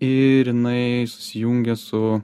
ir jinai susijungia su